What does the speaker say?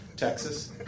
Texas